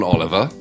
Oliver